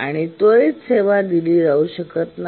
आणि त्वरित सेवा दिली जाऊ शकत नाही